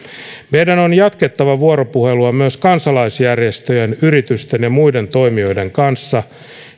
meidän on jatkettava vuoropuhelua myös kansalaisjärjestöjen yritysten ja muiden toimijoiden kanssa